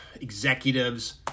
executives